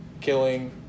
killing